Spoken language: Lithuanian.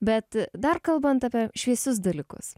bet dar kalbant apie šviesius dalykus